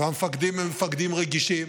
והמפקדים הם מפקדים רגישים